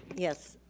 yes,